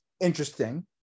interesting